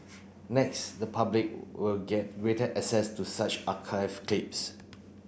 next the public will get greater access to such archived clips